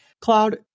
Cloud